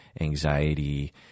anxiety